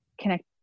connect